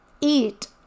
eat